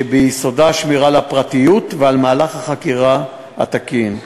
שביסודן שמירה על הפרטיות ועל מהלך החקירה התקין.